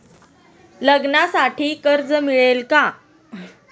लग्नासाठी कर्ज मिळेल का?